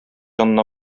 янына